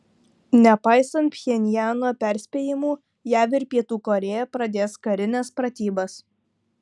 nepaisant pchenjano perspėjimų jav ir pietų korėja pradės karines pratybas